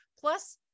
Plus